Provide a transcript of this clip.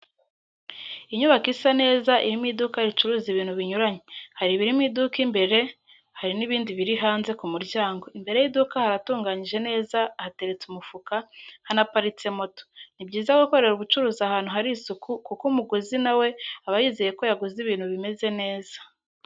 Inyubako isa neza irimo iduka ricuruza ibintu binyuranye, hari ibiri mu iduka, imbere hari n'ibindi biri hanze ku muryango, imbere y'iduka haratunganyije neza hateretse umufuka, hanaparitse moto. Ni byiza gukorera ubucuruzi ahantu hari isuku kuko umuguzi nawe aba yizeye ko yaguze ibintu bimeze neza.